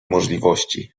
możliwości